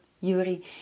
Yuri